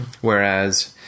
whereas